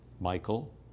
Michael